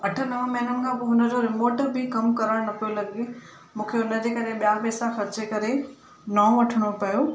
अठ नव महीननि खां पोइ हुन जो रिमोट बि कमु करण न पियो लॻे मूंखे हुन जे करे ॿियां पैसा ख़र्चु करे नओं वठिणो पियो